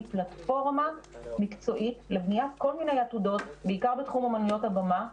פלטפורמה מקצועית לבניית כל מיני עתודות בעיקר בתחום אומנויות הבמה,